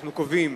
אנחנו קובעים